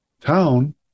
town